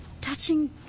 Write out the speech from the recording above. touching